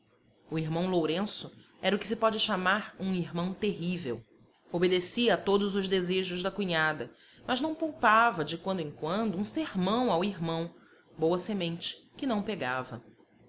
o irmão lourenço era o que se pode chamar um irmão terrível obedecia a todos os desejos da cunhada mas não poupava de quando em quando um sermão ao irmão boa semente que não pegava